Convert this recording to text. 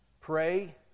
Pray